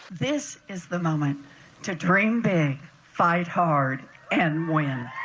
this is the moment to drink, they fight hard and win.